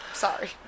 Sorry